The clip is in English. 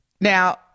Now